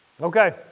Okay